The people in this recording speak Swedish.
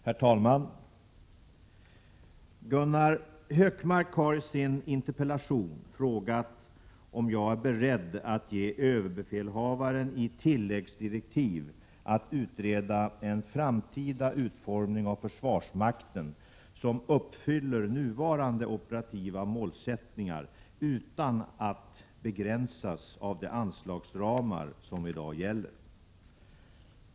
Herr talman! Gunnar Hökmark har i sin interpellation frågat om jag är beredd att ge överbefälhavaren tilläggsdirektiv att utreda en framtida utformning av försvarsmakten som uppfyller nuvarande operativa målsättningar utan att begränsas av de anslagsramar som i dag gäller.